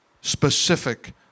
Specific